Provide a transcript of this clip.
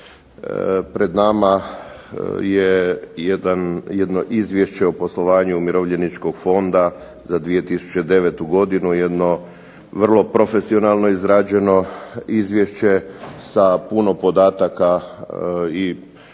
Pred nama je jedno Izvješće o poslovanju Umirovljeničkog fonda za 2009. godinu, jedno vrlo profesionalno izrađeno izvješće sa puno podataka i kažem